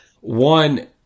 one